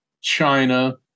China